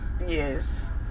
Yes